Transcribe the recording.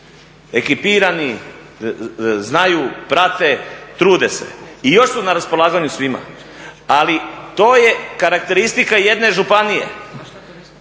Ekipirani znaju, prate, trude se i još su na raspolaganju svima. Ali to je karakteristika jedne županije.